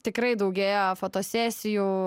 tikrai daugėja fotosesijų